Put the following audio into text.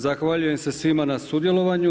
Zahvaljujem se svima na sudjelovanju.